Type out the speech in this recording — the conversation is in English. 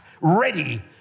ready